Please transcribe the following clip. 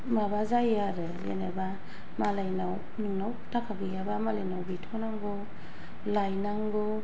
माबा जायो आरो जेनेबा मालायनाव नोंनाव थाखा गैयाबा मालायनाव बिथ'नांगौ लायनांगौ